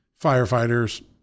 firefighters